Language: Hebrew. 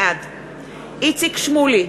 בעד איציק שמולי,